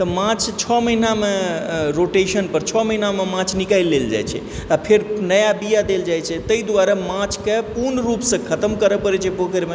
तऽ माछ छओ महिनामे रोटेशनपर छओ महिनापर माछ निकायल लेल जाइ छै आओर फेर नया बीया देल जाइ छै तै दुआरे माछके पूर्ण रूपसँ खतम करऽ पड़य छै पोखरिमे